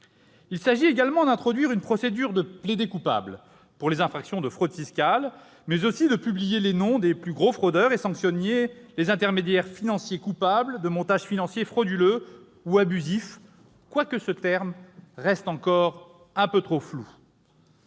Il s'agit, en second lieu, d'introduire une procédure de « plaider-coupable » pour les infractions de fraude fiscale, mais aussi de publier les noms des plus gros fraudeurs et de sanctionner les intermédiaires financiers coupables de montages financiers frauduleux ou « abusifs », terme que nous jugeons d'ailleurs trop flou.